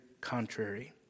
contrary